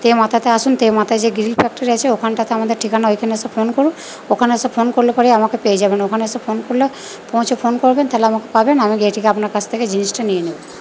তে মাথাতে আসুন তে মাথায় যে গ্রিল ফ্যাক্টরি আছে ওখানটাতে আমাদের ঠিকানা ওইখানে এসে ফোন করুন ওখানে এসে ফোন করলে পড়েই আমাকে পেয়ে যাবেন ওখানে এসে ফোন করলে পৌঁছে ফোন করবেন তাহলে আমাকে পাবেন আমি গেয়ে ঠিক আপনার কাছ থেকে জিনিসটা নিয়ে নেবো